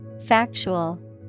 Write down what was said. Factual